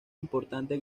importante